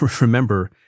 remember